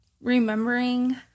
remembering